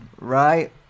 right